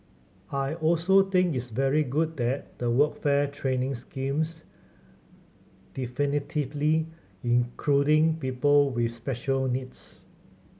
I also think it's very good that the workfare training schemes definitively including people with special needs